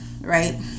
Right